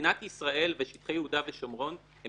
מדינת ישראל ושטחי יהודה ושומרון הם